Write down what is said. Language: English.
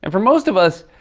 and for most of us,